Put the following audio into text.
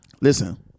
Listen